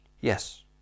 Yes